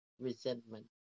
resentment